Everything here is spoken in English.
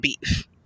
beef